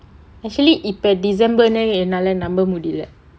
actually இப்ப:ippa december னு என்னால நம்ப முடியல:nu ennaala namba mudiyala